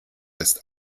ist